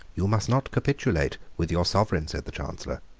you must not capitulate with your sovereign, said the chancellor.